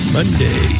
Monday